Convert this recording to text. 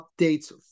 updates